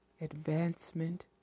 Advancement